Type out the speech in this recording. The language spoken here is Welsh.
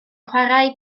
chwarae